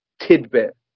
tidbit